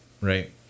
right